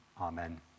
amen